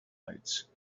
lights